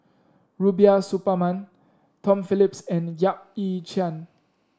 Rubiah Suparman Tom Phillips and Yap Ee Chian